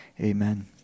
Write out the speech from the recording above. Amen